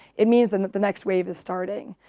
it means then that the next wave is starting.